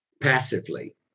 passively